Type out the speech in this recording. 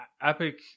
epic